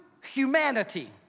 humanity